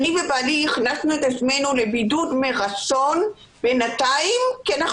בעלי ואני הכנסנו את עצמנו לבידוד מרצון בינתיים כי אנחנו